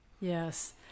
Yes